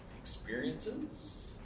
experiences